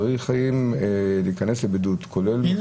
צריך להיכנס לבידוד כולל -- הנה,